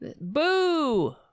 Boo